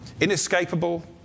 Inescapable